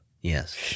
yes